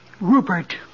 Rupert